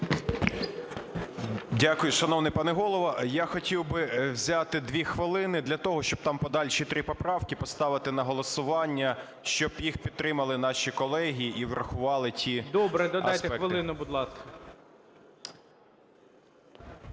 Дякую, шановний пане Голово! Я хотів би взяти дві хвилини для того, щоб там подальші три поправки поставити на голосування, щоб їх підтримали наші колеги, врахували… ГОЛОВУЮЧИЙ. Добре, додайте хвилину, будь ласка.